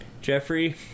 Jeffrey